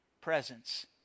presence